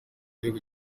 gihugu